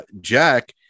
Jack